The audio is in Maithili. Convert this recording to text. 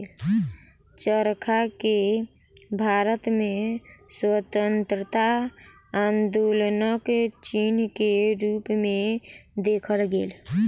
चरखा के भारत में स्वतंत्रता आन्दोलनक चिन्ह के रूप में देखल गेल